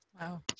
Wow